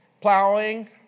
plowing